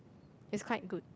it's quite good